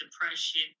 depression